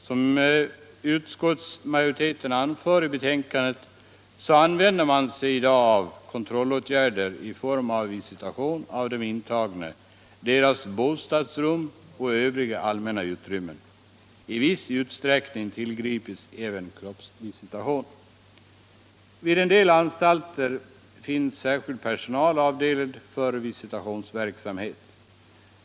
Som utskottsmajoriteten anför i be-l tänkandet har man i dag kontrollåtgärder i form av visitation av de ind tagna, deras bostadsrum och övriga allmänna utrymmen. I viss utsträck-/ ning tillgrips även kroppsvisitation. | Vid en del anstalter finns särskild personal avdelad för visitationsi verksamheten.